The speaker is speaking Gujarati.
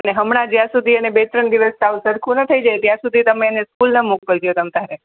અને હમણાં જ્યાં સુધી એને બે ત્રણ દિવસ સાવ સરખું ન થઈ જાય ત્યાં સુધી તમે એને સ્કૂલ ન મોકલજો તમે ત્યારે